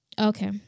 okay